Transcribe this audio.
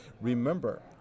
Remember